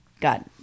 got